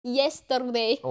yesterday